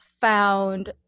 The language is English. found